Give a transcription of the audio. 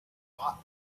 bought